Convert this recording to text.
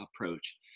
approach